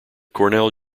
cornell